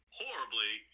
horribly